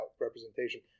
representation